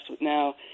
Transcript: Now